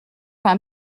pain